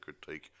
critique